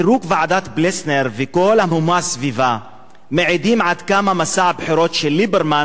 פירוק ועדת-פלסנר וכל המהומה סביבה מעידים עד כמה מסע הבחירות של ליברמן